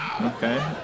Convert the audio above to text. Okay